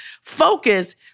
focus